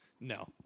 No